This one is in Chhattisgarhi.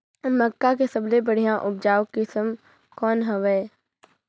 मक्का के सबले बढ़िया उपजाऊ किसम कौन हवय?